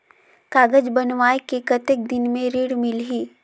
कागज बनवाय के कतेक दिन मे ऋण मिलही?